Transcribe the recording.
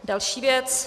Další věc.